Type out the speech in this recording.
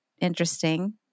interesting